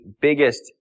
biggest